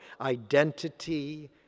identity